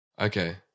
Okay